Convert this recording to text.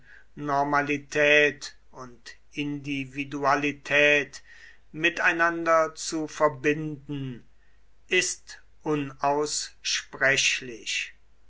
normalität und individualität miteinander zu verbinden ist unaussprechlich